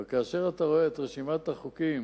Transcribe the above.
אבל כאשר רואים את רשימת החוקים